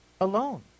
alone